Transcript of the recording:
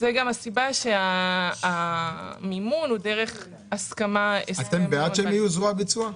זו גם הסיבה שהמימון הוא דרך הסכמה --- אתם בעד שהם יהיו זרוע ביצוע?